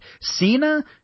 Cena